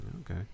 okay